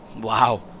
Wow